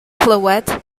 clywed